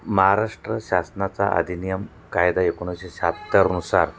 महाराष्ट्र शासनाचा अधिनियम कायदा एकोणीसशे शाहत्तर नुसार